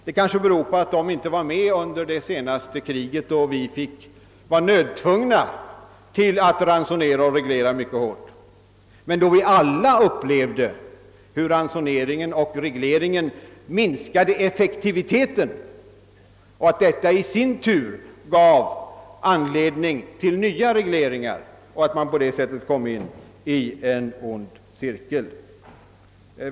Det kanske beror på att de inte varit med under det senaste kriget, då vi var tvungna att reglera och ransonera mycket hårt. Men vi upplevde då alla hur ransonering och reglering minskade effektiviteten och att detta i sin tur gav anledning till nya regleringar som gjorde att man kom in i en ond cirkel.